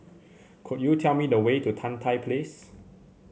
could you tell me the way to Tan Tye Place